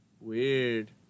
Weird